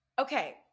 Okay